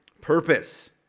Purpose